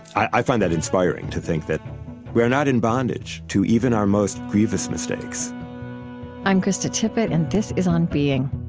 i find that inspiring, to think that we are not in bondage to even our most grievous mistakes i'm krista tippett, and this is on being